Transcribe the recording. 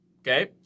okay